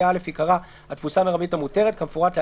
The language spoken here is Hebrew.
(א) ייקרא: "התפוסה המרבית המותרת" כמפורט להלן,